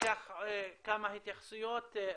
ניקח כמה התייחסויות.